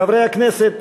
חברי הכנסת,